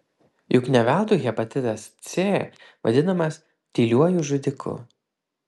juk ne veltui hepatitas c vadinamas tyliuoju žudiku